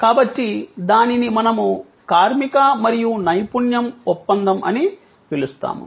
కాబట్టి దానిని మనము కార్మిక మరియు నైపుణ్యం ఒప్పందం అని పిలుస్తాము